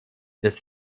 des